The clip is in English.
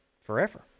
forever